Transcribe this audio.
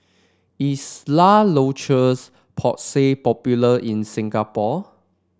is La Roche Porsay popular in Singapore